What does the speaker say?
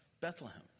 Bethlehem